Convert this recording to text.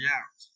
out